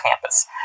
campus